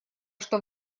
что